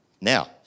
Now